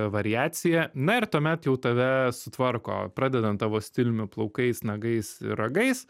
variaciją na ir tuomet jau tave sutvarko pradedant tavo stiliumi plaukais nagais ir ragais